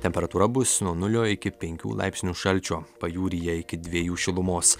temperatūra bus nuo nulio iki penkių laipsnių šalčio pajūryje iki dviejų šilumos